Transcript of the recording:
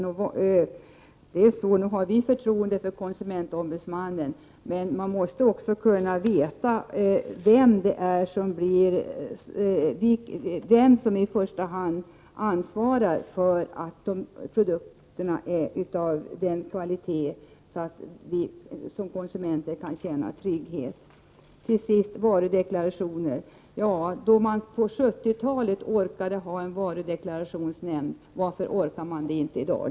Visst har vi förtroende för konsumentombudsmannen i frågan om produktsäkerhet. Men det gäller också att veta vem som i första hand ansvarar för att produkterna är av sådan kvalitet att konsumenterna kan känna trygghet. Till sist vill jag säga så här: På 1970-talet orkade man ha en varudeklarationsnämnd. Varför orkar man inte ha det i dag?